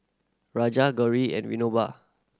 Raja Gauri and Vinoba